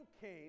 came